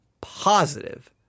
positive